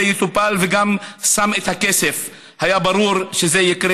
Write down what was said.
יטופל וגם שם את הכסף היה ברור שזה יקרה,